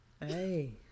Hey